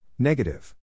Negative